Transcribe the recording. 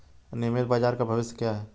नियमित बाजार का भविष्य क्या है?